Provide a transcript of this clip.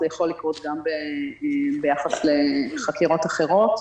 זה יכול לקרות גם ביחס לחקירות אחרות.